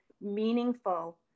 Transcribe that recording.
meaningful